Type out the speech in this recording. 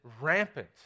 rampant